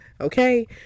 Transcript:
okay